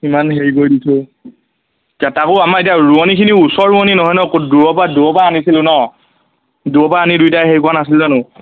ইমান হেৰি কৰি দিছোঁ তাকো আমাৰ এতিয়া ৰোৱণিখিনি ওচৰ ৰোৱণি নহয় ন ক'ত দূৰৰ পৰা দূৰৰ পৰা আনিছিলোঁ ন দূৰৰ পৰা আনি দুইটাাই হেৰি কৰা নাছিলোঁ জানো